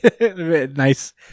nice